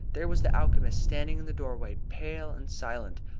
there was the alchemist standing in the doorway, pale and silent,